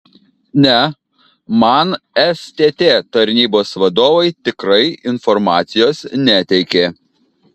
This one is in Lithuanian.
ne man stt tarnybos vadovai tikrai informacijos neteikė